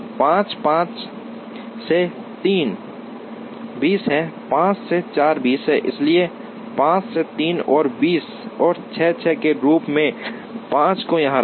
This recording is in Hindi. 5 5 से 3 20 है 5 से 4 20 है इसलिए 5 से 3 को 20 और 6 6 के रूप में 5 को यहां रखें